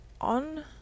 on